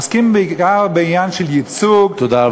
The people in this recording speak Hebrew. עוסקים בעיקר בעניין של ייצוג, תודה רבה.